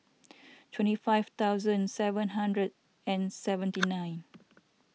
twenty five thousand seven hundred and seventy nine